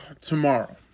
tomorrow